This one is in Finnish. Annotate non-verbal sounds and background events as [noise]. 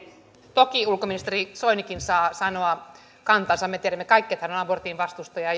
toki ulkoministeri soinikin saa sanoa kantansa me tiedämme kaikki jo presidentinvaaleista asti että hän on abortin vastustaja [unintelligible]